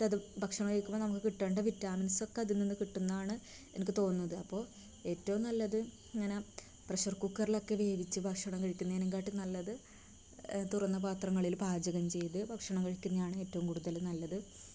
എന്നിറ്റത് ഭക്ഷണം കഴിക്കുമ്പോൾ നമ്മൾക്ക് കിട്ടേണ്ട വിറ്റാമിൻസ് ഒക്കെ അതിൽ നിന്ന് കിട്ടുമെന്നാണ് എനിക്ക് തോന്നുന്നത് അപ്പോൾ ഏറ്റവും നല്ലത് ഇങ്ങനെ പ്രഷർ കുക്കറിലൊക്കെ വേവിച്ച് ഭക്ഷണം കഴിക്കുന്നതിനെക്കാട്ടിലും നല്ലത് തുറന്ന പാത്രങ്ങളിൽ പാചകം ചെയ്ത് ഭക്ഷണം കഴിക്കുന്നതാണ് ഏറ്റവും കൂടുതല് നല്ലത്